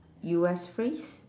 U_S phrase